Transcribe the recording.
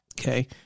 Okay